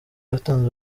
batanze